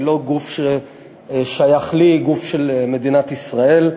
היא לא גוף ששייך לי, היא גוף של מדינת ישראל.